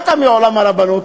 שבאת מעולם הרבנות,